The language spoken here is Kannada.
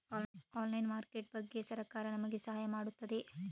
ಆನ್ಲೈನ್ ಮಾರ್ಕೆಟ್ ಬಗ್ಗೆ ಸರಕಾರ ನಮಗೆ ಸಹಾಯ ಮಾಡುತ್ತದೆ?